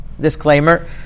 Disclaimer